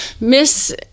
Miss